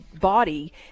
body